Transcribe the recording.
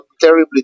terribly